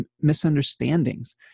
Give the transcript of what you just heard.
misunderstandings